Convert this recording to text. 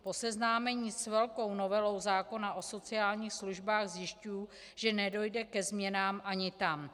Po seznámení s velkou novelou zákona o sociálních službách zjišťuji, že nedojde ke změnám ani tam.